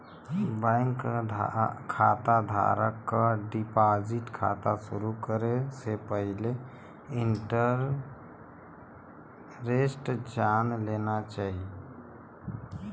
bank खाता धारक क डिपाजिट खाता शुरू करे से पहिले इंटरेस्ट रेट जान लेना चाही